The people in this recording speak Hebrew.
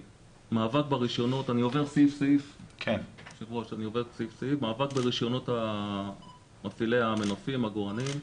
מאבק ברישיונות מפעילי המנופים, עגורנים.